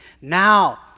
Now